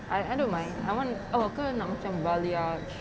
I I don't mind I want oh kau nak macam balayage